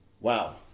Wow